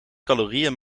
calorieën